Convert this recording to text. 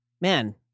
Man